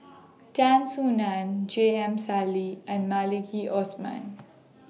Tan Soo NAN J M Sali and Maliki Osman